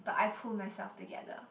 but I pull myself together